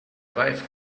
wife